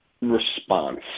response